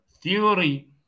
theory